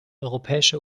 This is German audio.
europäische